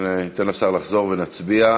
אם כן, ניתן לשר לחזור, ונצביע.